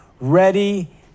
ready